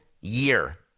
year